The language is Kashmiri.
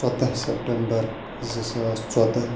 ژۄداہ سٮ۪پٹمبَر زٕ ساس ژۄداہ